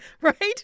right